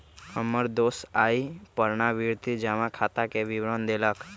हमर दोस आइ पुरनावृति जमा खताके पूरे विवरण देलक